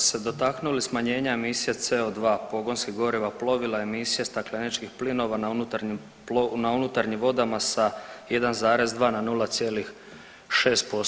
Mi smo se dotaknuli smanjenja emicija CO2, pogonskih goriva, plovila, emisija stakleničkih plinova na unutarnjim vodama sa 1,2 na 0,6%